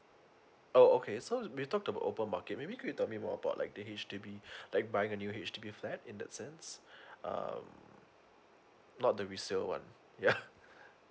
oh okay so we talked about open market maybe could you tell me more about like the H_D_B like buying a new H_D_B flat in that sense uh not the resale one um yeah